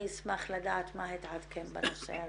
אני אשמח לדעת מה התעדכן בנושא הזה.